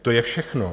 To je všechno.